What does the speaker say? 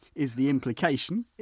is the implication,